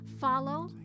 follow